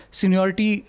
seniority